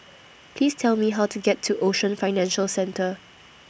Please Tell Me How to get to Ocean Financial Centre